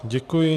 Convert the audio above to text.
Děkuji.